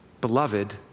Beloved